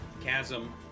chasm